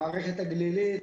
המערכת הגלילית.